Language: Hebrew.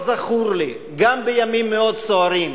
לא זכור לי, גם בימים מאוד סוערים,